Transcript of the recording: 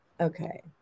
Okay